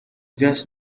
just